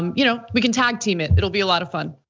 um you know we can tag team it. it'll be a lot of fun.